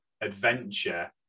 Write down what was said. adventure